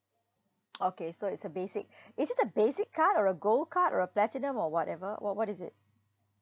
okay so it's a basic is this a basic card or a gold card or a platinum or whatever what what is it